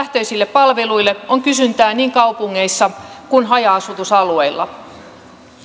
palveluille on kysyntää niin kaupungeissa kuin haja asutusalueilla